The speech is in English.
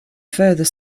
further